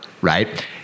right